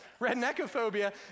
Redneckophobia